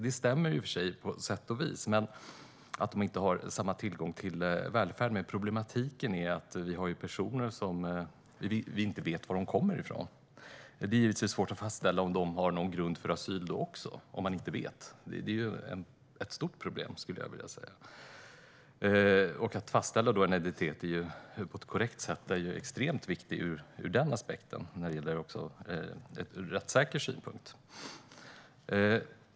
Det stämmer i och för sig på sätt och vis. De har inte samma tillgång till välfärden. Men problematiken är att vi inte vet var en del personer kommer från. Om man inte vet det är det givetvis också svårt att fastställa om de har någon grund för asyl. Det är ett stort problem, skulle jag vilja säga. Att fastställa en identitet på ett korrekt sätt är extremt viktigt ur den aspekten, också ur rättssäkerhetssynpunkt.